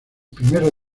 primero